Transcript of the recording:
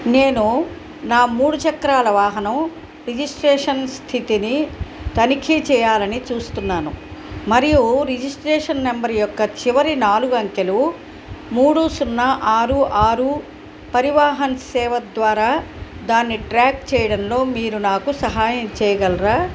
నేను నా మూడు చక్రాల వాహనం రిజిస్ట్రేషన్ స్థితిని తనిఖీ చేయాలని చూస్తున్నాను మరియు రిజిస్ట్రేషన్ నెంబర్ యొక్క చివరి నాలుగు అంకెలు మూడు సున్నా ఆరు ఆరు పరివాహన్ సేవ ద్వారా దాన్ని ట్రాక్ చేయడంలో మీరు నాకు సహాయం చేయగలరా